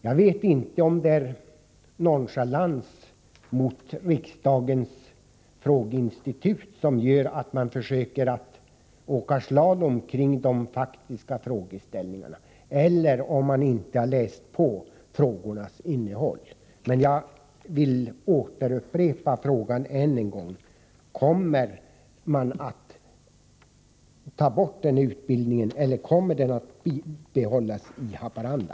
Jag vet inte om det är nonchalans mot riksdagens frågeinstitut som gör att Anna-Greta Leijon försöker ”åka slalom” kring de faktiska frågeställningarna eller om hon inte läst på innehållet i frågan. Men låt mig upprepa den än en gång: Kommer den här utbildningen att tas bort eller kommer den att bibehållas i Haparanda?